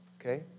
Okay